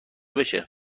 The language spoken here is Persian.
بشه